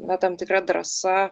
va tam tikra drąsa